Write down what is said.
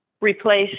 replace